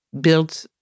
build